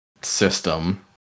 system